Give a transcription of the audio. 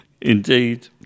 Indeed